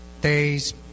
days